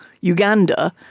Uganda